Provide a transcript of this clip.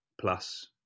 plus